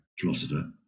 philosopher